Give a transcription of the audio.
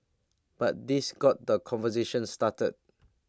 but this got the conversation started